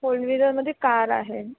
four व्हीलरमध्य car आहे